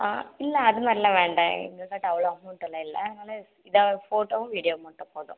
ஆ இல்லை அதுமாதிரிலா வேண்டாம் எங்கக்கிட்டே அவ்வளோ அமௌண்ட்லாம் இல்லை அதனால் இதான் போட்டோவும் வீடியோ மட்டும் போதும்